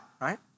right